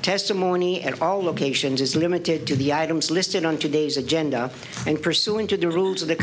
testimony at all locations is limited to the items listed on today's agenda and pursuant to the rules of the